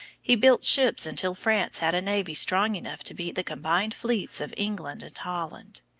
he built ships until france had a navy strong enough to beat the combined fleets of england and holland.